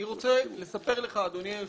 אני רוצה לספר לך, אדוני היושב-ראש.